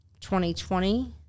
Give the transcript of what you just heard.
2020